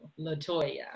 Latoya